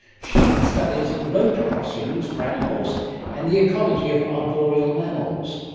she studies road crossings for animals and the ecology of arboreal mammals.